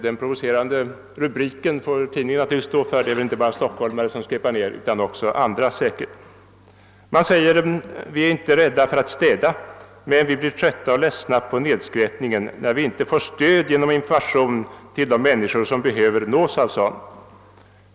Den provocerande rubriken får tidningen naturligtvis stå för. Det är givetvis inte bara stockholmare som skräpar ned utan också andra. I tidningsartikeln sägs: »Vi är inte rädda för att städa, men vi blir trötta och ledsna på nedskräpningen när vi inte får stöd genom information till de människor som behöver nås av sådan.